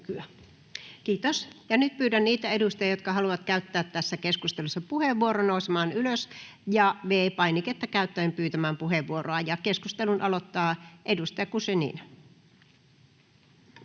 Kiitos. — Ja nyt pyydän niitä edustajia, jotka haluavat käyttää tässä keskustelussa puheenvuoron, nousemaan ylös ja V-painiketta käyttäen pyytämään puheenvuoroa. — Ja keskustelun aloittaa edustaja Guzenina.